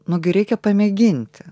nu gi reikia pamėginti